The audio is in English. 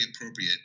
appropriate